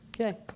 Okay